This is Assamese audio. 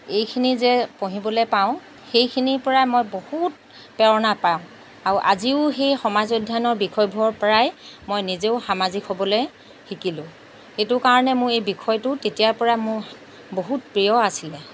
এইখিনি যে পঢ়িবলৈ পাওঁ সেইখিনিৰ পৰা মই বহুত প্ৰেৰণা পাওঁ আৰু আজিও সেই সমাজ অধ্যয়নৰ বিষয়বোৰৰ পৰাই মই নিজেও সামাজিক হ'বলৈ শিকিলোঁ সেইটোৰ কাৰণে মোৰ এই বিষয়টো তেতিয়াৰ পৰাই মোৰ বহুত প্ৰিয় আছিলে